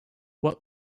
what